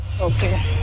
Okay